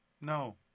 No